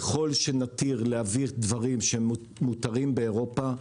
ככל שנתיר להביא דברים שהם מותרים באירופה,